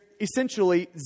essentially